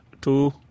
two